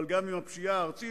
אבל גם עם הפשיעה הארצית,